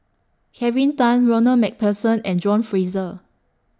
Kelvin Tan Ronald MacPherson and John Fraser